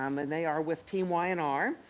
um and they are with team y and r,